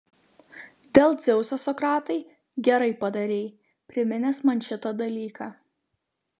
dėl dzeuso sokratai gerai padarei priminęs man šitą dalyką